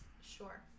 Sure